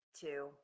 two